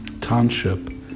township